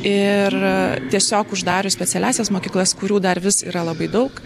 ir tiesiog uždarius specialiąsias mokyklas kurių dar vis yra labai daug